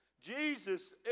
Jesus